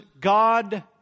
God